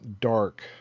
dark